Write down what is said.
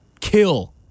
kill